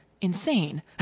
insane